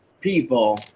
people